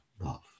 love